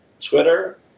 Twitter